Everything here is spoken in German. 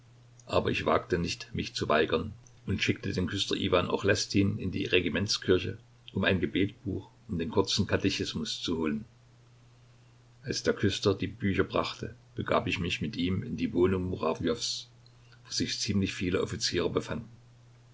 aber ich wagte nicht mich zu weigern und schickte den küster iwan ochlestin in die regimentskirche um ein gebetbuch und den kurzen katechismus zu holen als der küster die bücher brachte begab ich mich mit ihm in die wohnung murawjows wo sich ziemlich viele offiziere befanden